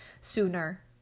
sooner